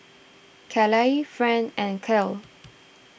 Calla Friend and Kale